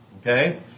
Okay